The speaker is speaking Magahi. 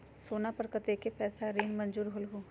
सोना पर कतेक पैसा ऋण मंजूर होलहु?